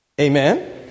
Amen